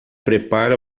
prepara